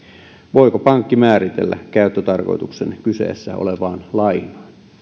voiko pankki määritellä käyttötarkoituksen kyseessä olevaan lainaan